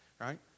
right